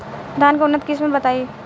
धान के उन्नत किस्म बताई?